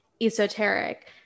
esoteric